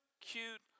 cute